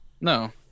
No